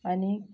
आनी